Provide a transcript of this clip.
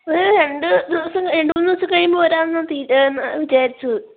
ഒരു രണ്ട് ദിവസ് രണ്ടുമൂന്ന് ദിവസം കഴിയുമ്പോൾ വരാമെന്ന് തീരു വിചാരിച്ചത്